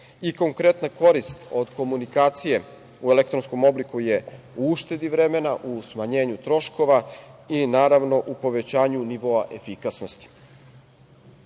konkretna korist od komunikacije u elektronskom obliku je u uštedi vremena, u smanjenju troškova i naravno, u povećanju nivoa efikasnosti. Zakoni